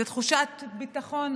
זו תחושת ביטחון,